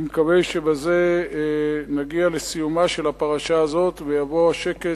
אני מקווה שבזה נגיע לסיומה של הפרשה הזאת ויבוא השקט,